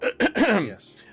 yes